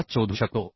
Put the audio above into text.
25 शोधू शकतो